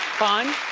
fun.